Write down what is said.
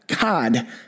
God